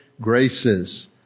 graces